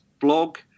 blog